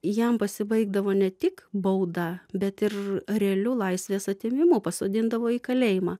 jam pasibaigdavo ne tik bauda bet ir realiu laisvės atėmimu pasodindavo į kalėjimą